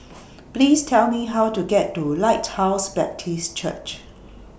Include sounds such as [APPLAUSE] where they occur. [NOISE] Please Tell Me How to get to Lighthouse Baptist Church